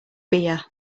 beer